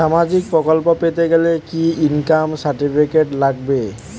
সামাজীক প্রকল্প পেতে গেলে কি ইনকাম সার্টিফিকেট লাগবে?